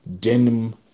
denim